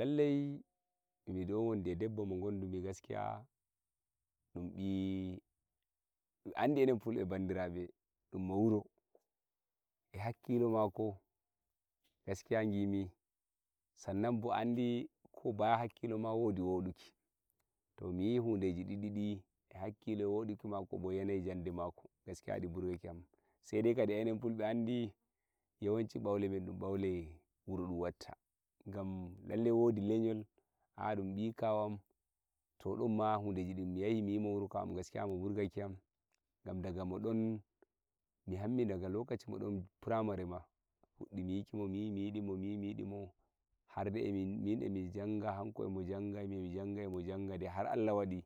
Eh debbo ma gondumi gaskiya dumbi a andi enenfulbe dunmo wuro gaskiya gimi sannanbo a andi koba bacchel hakkilo wodu kamala gaskiya di burgakema sai dai kadi enen fulbe a andi yawanci bangaren dan bawle wuro dun watta gam lallai wodi ledol aa dummi kawam to domma gaskiya mo burgakiyam gam daga moron muhammi daga primareman mo fuddiyikimo miyidimo harde emo jangayi har Allah wadi